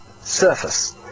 surface